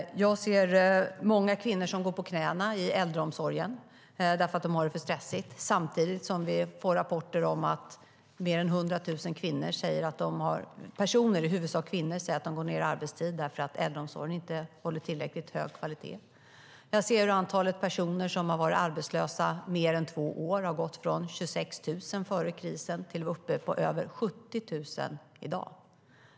Jag ser många kvinnor som går på knäna i äldreomsorgen därför att de har det för stressigt. Samtidigt får vi rapporter om att mer än 100 000 personer, i huvudsak kvinnor, säger att de går ned i arbetstid därför att äldreomsorgen inte håller tillräckligt hög kvalitet. Jag ser hur antalet personer som har varit arbetslösa i mer än två år har gått från 26 000 före krisen till att vara uppe i över 70 000 i dag.